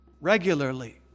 regularly